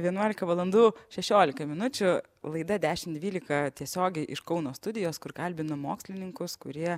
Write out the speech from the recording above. vienuolika valandų šešiolika minučių laida dešimt dvylika tiesiogiai iš kauno studijos kur kalbinu mokslininkus kurie